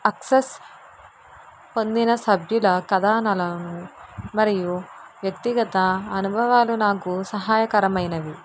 axes పొందిన సభ్యుల కథనాలను మరియు వ్యక్తిగత అనుభవాలు నాకు సహాయకరమైనవి